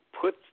put